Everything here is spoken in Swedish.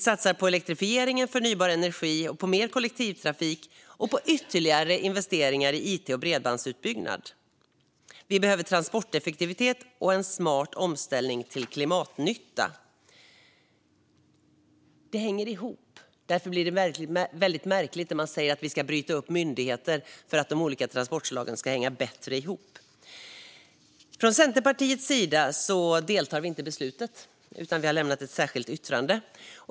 Vi satsar på elektrifiering, förnybar energi, mer kollektivtrafik och ytterligare investeringar i it och bredbandsutbyggnad. Vi behöver transporteffektivitet och en smart omställning till klimatnytta. Detta hänger ihop. Därför blir det väldigt märkligt när man säger att vi ska bryta upp myndigheter för att de olika transportslagen ska hänga ihop bättre. Centerpartiet deltar inte i beslutet utan har lämnat ett särskilt yttrande.